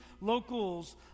locals